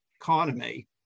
economy